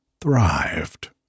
thrived